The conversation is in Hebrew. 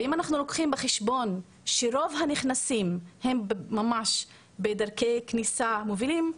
ואם אנחנו לוקחים בחשבון שרוב הנכנסים הם ממש בדרגי כניסה מובילים,